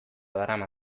darama